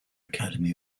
academy